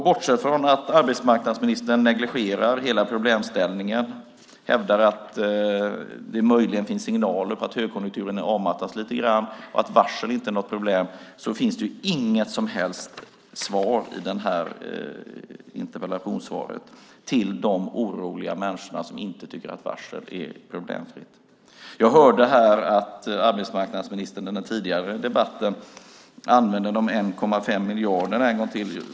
Bortsett från att arbetsmarknadsministern negligerar hela problemställningen, hävdar att det möjligen finns signaler på att högkonjunkturen avmattats lite grann och att varsel inte är något problem finns det inget som helst svar i interpellationssvaret till de oroliga människor som inte tycker att varsel är problemfritt. Jag hörde här att arbetsmarknadsministern i den tidigare debatten använde de 1,5 miljarderna en gång till.